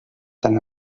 tant